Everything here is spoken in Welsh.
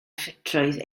ffitrwydd